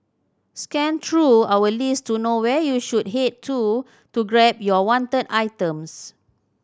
scan through our list to know where you should head to to grab your wanted items